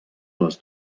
les